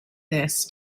this